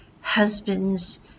husbands